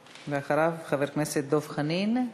ואחריו, חבר הכנסת דב חנין,